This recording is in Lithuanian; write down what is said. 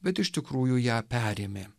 bet iš tikrųjų ją perėmė